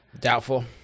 doubtful